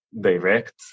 direct